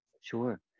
Sure